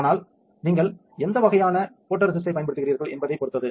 ஆனால் நீங்கள் எந்த வகையான போட்டோரேசிஸ்டைப் பயன்படுத்துகிறீர்கள் என்பதைப் பொறுத்தது